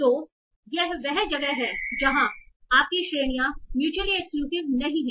तो यह वह जगह है जहाँ आपकी श्रेणियां म्युचुअली एक्सक्लूसिव नहीं हैं